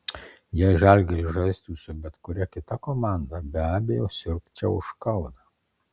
jei žalgiris žaistų su bet kuria kita komanda be abejo sirgčiau už kauną